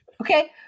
Okay